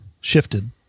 shifted